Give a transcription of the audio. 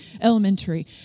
elementary